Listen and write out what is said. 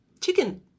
chicken